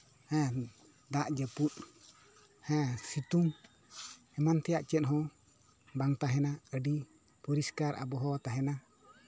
ᱦᱮᱸ ᱫᱟᱜ ᱡᱟᱹᱯᱩᱫ ᱦᱮᱸ ᱥᱤᱛᱩᱝ ᱮᱢᱟᱱ ᱛᱮᱭᱟᱜ ᱵᱟᱝ ᱛᱟᱦᱮᱱᱟ ᱟᱹᱰᱤ ᱯᱚᱨᱤᱥᱠᱟᱨ ᱟᱵᱚᱦᱟᱣᱟ ᱛᱟᱦᱮᱱᱟ